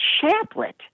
chaplet